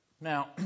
Now